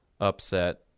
upset